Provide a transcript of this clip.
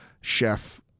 chef